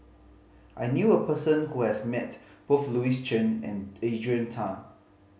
I knew a person who has met both Louis Chen and Adrian Tan